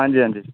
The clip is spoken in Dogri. हांजी हांजी